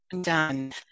done